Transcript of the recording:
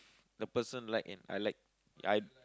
the person like and I like I